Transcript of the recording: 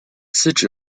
司职